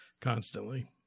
constantly